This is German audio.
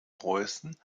preußen